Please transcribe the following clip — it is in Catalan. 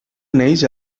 neix